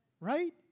Right